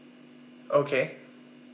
okay